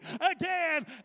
again